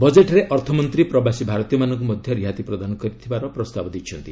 ବଜେଟରେ ଅର୍ଥମନ୍ତ୍ରୀ ପ୍ରବାସୀ ଭାରତୀୟମାନଙ୍କୁ ମଧ୍ୟ ରିହାତି ପ୍ରଦାନ କରିବାର ପ୍ରସ୍ତାବ ଦେଇଛନ୍ତି